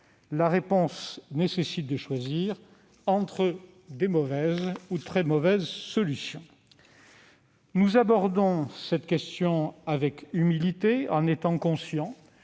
La réponse nécessite de choisir entre de mauvaises ou de très mauvaises solutions. Nous abordons cette question avec humilité, en étant conscients